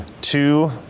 two